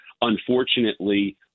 unfortunately